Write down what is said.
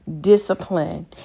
discipline